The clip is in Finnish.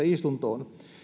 istuntoon